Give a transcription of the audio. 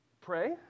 Pray